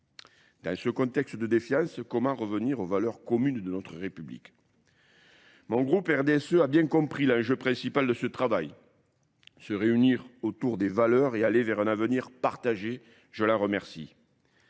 Dans ce contexte de défiance, comment revenir aux valeurs communes de notre République ? Mon groupe RDSE a bien compris l'enjeu principal de ce travail. Se réunir autour des valeurs et aller vers un avenir partagé, je l'en remercie.